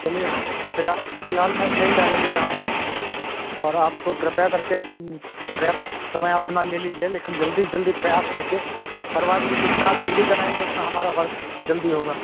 चलिए फिलहाल फिलहाल मैं मेल डाले दे रहा हूँ और आप कृपया कर के सब पर्याप्त समय अपना ले लीजिए लेकिन जल्दी जल्दी प्रयास कर के करवा लीजिए जितना जल्दी कराएंगे उतना हमारा वर्क जल्दी होगा